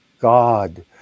god